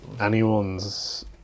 Anyone's